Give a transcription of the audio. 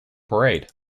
parade